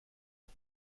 auf